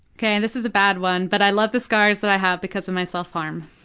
okay, this is a bad one, but i love the scars that i have because of my self harm.